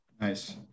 Nice